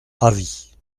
avis